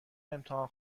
امتحان